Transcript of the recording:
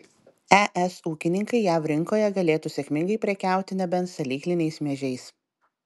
es ūkininkai jav rinkoje galėtų sėkmingai prekiauti nebent salykliniais miežiais